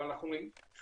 אבל אנחנו צריכים